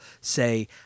say